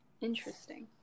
interesting